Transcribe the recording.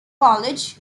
college